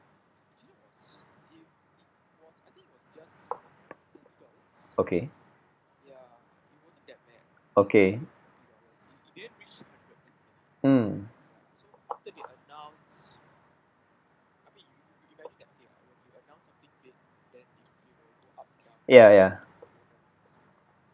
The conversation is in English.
okay okay mm ya ya